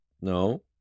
no